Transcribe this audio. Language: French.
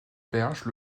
berge